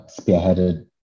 spearheaded